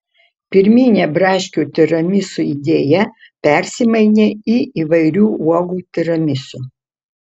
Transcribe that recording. pirminė braškių tiramisu idėja persimainė į įvairių uogų tiramisu